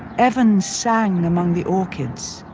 evans sang and among the orchids.